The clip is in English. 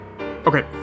Okay